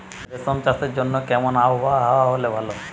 রেশম চাষের জন্য কেমন আবহাওয়া হাওয়া হলে ভালো?